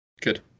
Good